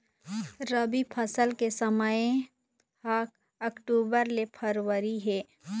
रबी फसल के समय ह अक्टूबर ले फरवरी हे